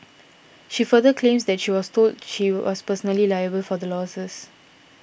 she further claims that she was told she was personally liable for the losses